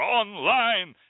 online